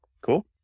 Cool